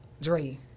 Dre